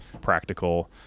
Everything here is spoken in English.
practical